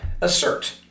assert